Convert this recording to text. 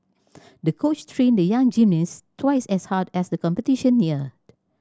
the coach trained the young gymnast twice as hard as the competition neared